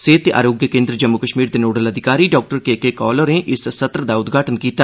सेहत ते आरोग्य केन्द्र जम्मू कश्मीर दे नोडल अधिकारी डाक्टर के के कौल होरें इस सत्र दा उदघाटन कीता